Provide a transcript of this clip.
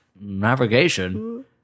navigation